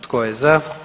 Tko je za?